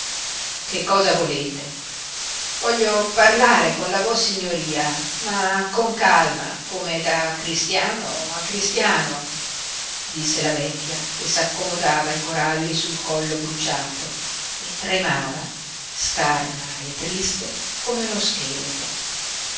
che cosa volete voglio parlare con la vossignoria ma con calma come da cristiano a cristiano disse la vecchia che s'accomodava i coralli sul collo bruciato e tremava scarna e triste come uno scheletro